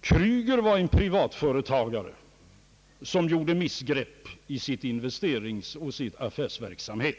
Kreuger var en privatföretagare som gjorde missgrepp i sin investeringsoch affärsverksamhet.